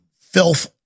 filth